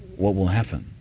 what will happen?